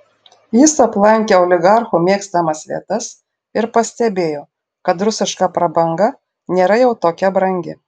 jis aplankė oligarchų mėgstamas vietas ir pastebėjo kad rusiška prabanga nėra jau tokia brangi